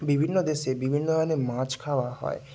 বিভিন্ন দেশে বিভিন্ন ধরনের মাছ খাওয়া হয়